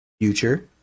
future